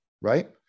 right